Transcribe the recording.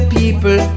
people